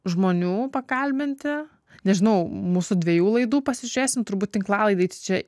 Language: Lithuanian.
žmonių pakalbinti nežinau mūsų dviejų laidų pasižiūrėsim turbūt tinklalaidėj tai čia